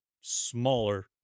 smaller